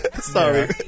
Sorry